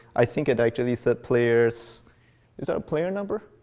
i think it actually says players is that a player number?